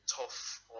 tough